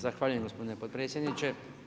Zahvaljujem gospodine potpredsjedniče.